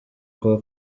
kuwa